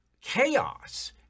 chaos